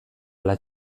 ala